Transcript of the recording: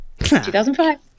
2005